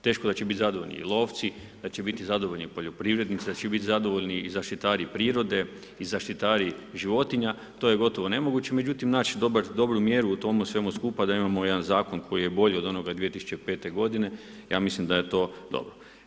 Teško da će biti zadovoljni lovci, da će biti zadovoljni poljoprivrednici, da će biti zadovoljni i zaštitari prirode i zaštitari životinja to je gotovo nemoguće, međutim naći dobru mjeru u tomu svemu skupa da imamo jedan zakon koji je bolji od onoga 2005. godine ja mislim da je to dobro.